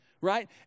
right